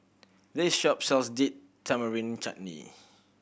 this shop sells Date Tamarind Chutney